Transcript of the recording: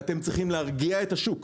אתם צריכים להרגיע את השוק,